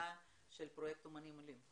להצלחה של פרויקט אמנים עולים.